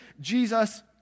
Jesus